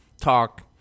talk